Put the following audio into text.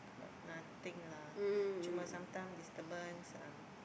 got nothing lah cuma sometime disturbance um